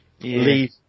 leave